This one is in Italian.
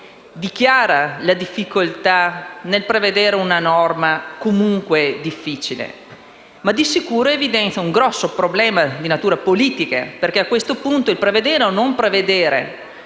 dichiara la difficoltà di prevedere una norma comunque difficile, ma di sicuro evidenzia un grosso problema di natura politica. A questo punto il prevedere o meno questa